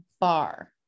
bar